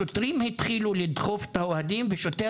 השוטרים התחילו לדחוף את האוהדים ושוטר